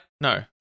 No